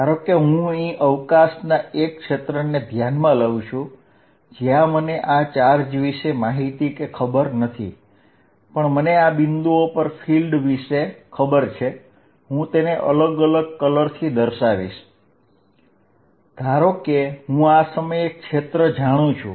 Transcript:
ધારો કે હું અહીં અવકાશના એક ક્ષેત્રને ધ્યાનમાં લઉ છું જ્યાં મને આ ચાર્જ વિશે માહિતી કે ખબર નથી પણ મને આ બિંદુઓ પર ફીલ્ડ વિશે ખબર છે હું તેને અલગ અલગ કલર થી દર્શાવીશ માનો કે હું આ સમયે ક્ષેત્ર જાણું છું